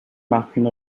marquent